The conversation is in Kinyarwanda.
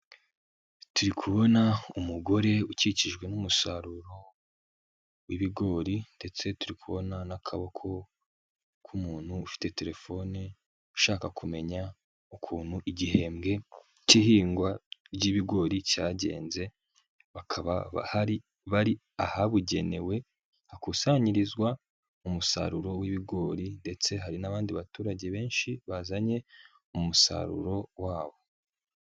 Turi kubona umugore ukikijwe n'umusaruro w'ibigori ndetse turi kubona n'akaboko k'umuntu ufite telefone, ushaka kumenya ukuntu igihembwe cy'ihingwa ry'ibigori cyagenze, bakaba bari ahabugenewe hakusanyirizwa umusaruro w'ibigori ndetse hari n'abandi baturage benshi bazanye umusaruro wabo.